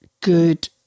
good